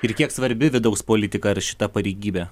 ir kiek svarbi vidaus politika ar šita pareigybė